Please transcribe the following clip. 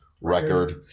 record